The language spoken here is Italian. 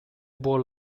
buon